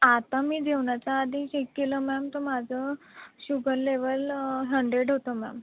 आता मी जेवणाच्या आधी चेक केलं मॅम तर माझं शुगर लेवल हंड्रेड होतं मॅम